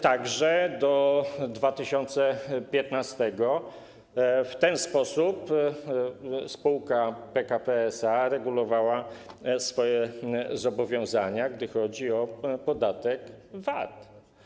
Tak że do 2015 r. w ten sposób spółka PKP SA regulowała swoje zobowiązania, jeśli chodzi o podatek VAT.